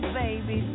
baby